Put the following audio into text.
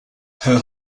her